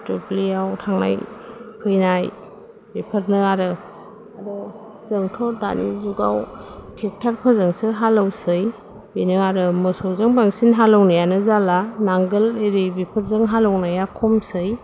दुब्लियाव थांनाय फैनाय बेफोरनो आरो आरो जोंथ' दानि जुगाव ट्रेक्टारफोरजोंसो हालेवसै बेनो आरो मोसौजों बांसिन हालेवनायानो जाला नांगोल एरि बेफोरजों हालेवनाया खमसै